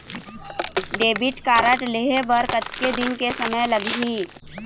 Debit card लेहे बर कतेक दिन के समय लगही?